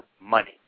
money